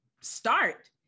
start